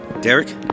Derek